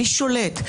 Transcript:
מי שולט?